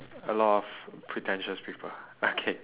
a lot of pretentious people okay